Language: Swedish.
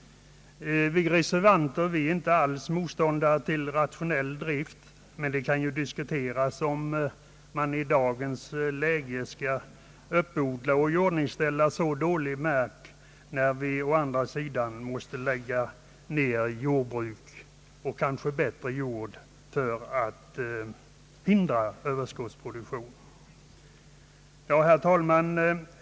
Vi reservanter är inte alls motståndare till rationell drift. Men det kan diskuteras om man i dagens läge skall uppodla och iordningställa så dålig mark när vi måste lägga ned jordbruk med kanske bättre jord för att hindra överskottsproduktion.